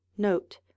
Note